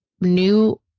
new